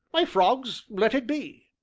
why frogs let it be!